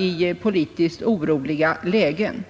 i politiskt oroliga lägen.